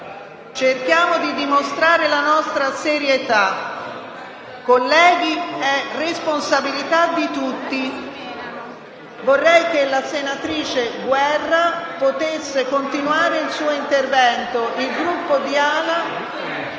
e di dimostrare la nostra serietà. Colleghi, è responsabilità di tutti. Vorrei che la senatrice Guerra potesse continuare il suo intervento. *(Commenti